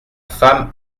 femme